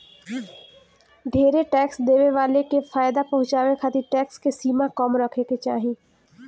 ढेरे टैक्स देवे वाला के फायदा पहुचावे खातिर टैक्स के सीमा कम रखे के चाहीं